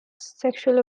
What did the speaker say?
sexual